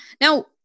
now